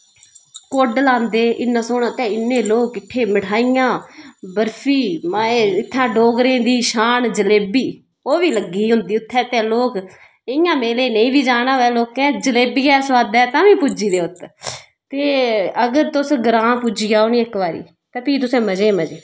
कुड्ड लांदे इन्ना सोह्ना ते इन्ने लोक किट्ठे मठाइयां बर्फी माए इत्थें डोगरें दी शान जलेबी ओह् बी लग्गी होंदी उत्थें ते लोक इ'यां मेले नेईं बी जाना होए लोकें जलेबियै सोआदें तां बी पुज्जी दे उत्त ते अगर तुस ग्रांऽ पुज्जी जाओ निं इक बारी ते फ्ही तुसें मज़े गै मज़े